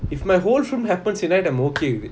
if my whole film happens in night I'm okay